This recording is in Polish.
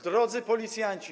Drodzy Policjanci!